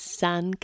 sun